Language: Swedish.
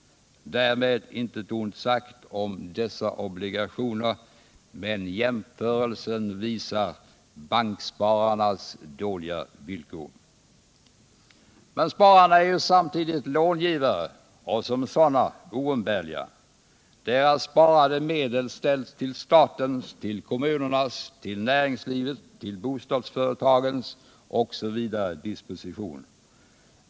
Därmed intet ont sagt om dessa obligationer, men jämförelsen visar bankspararnas dåliga villkor. Men spararna är ju samtidigt långivare och som sådana oumbärliga. Deras sparade medel ställs till statens, till kommunernas, till näringslivets, till bostadsföretagens osv. disposition.